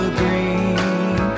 green